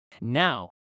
Now